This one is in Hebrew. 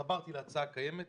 כשהתחברתי להצעה קיימת,